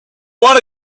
wanna